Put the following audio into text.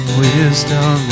wisdom